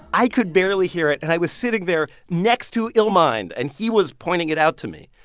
i could barely hear it. and i was sitting there next to illmind, and he was pointing it out to me.